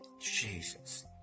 Jesus